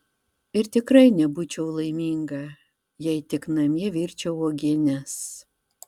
ir tikrai nebūčiau laiminga jei tik namie virčiau uogienes